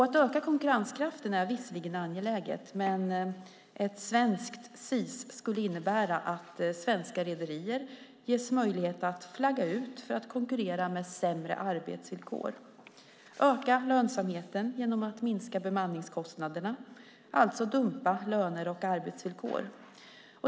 Att öka konkurrenskraften är visserligen angeläget, men SIS skulle innebära att svenska rederier ges möjlighet att flagga ut för att konkurrera med sämre arbetsvillkor. Det handlar om att öka lönsamheten genom att minska bemanningskostnaderna, alltså dumpa löner och arbetsvillkor.